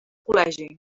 col·legi